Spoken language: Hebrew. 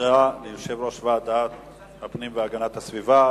תודה ליושב-ראש ועדת הפנים והגנת הסביבה.